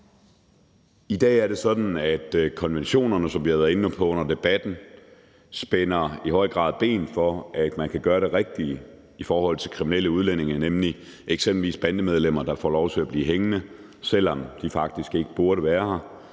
I dag er det sådan, at konventionerne, som vi har været inde på under debatten, i høj grad spænder ben for, at man kan gøre det rigtige i forhold til kriminelle udlændinge, eksempelvis bandemedlemmer, der på grund af konventionerne får lov til at blive hængende, selv om de faktisk ikke burde være her.